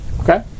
Okay